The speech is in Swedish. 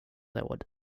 råd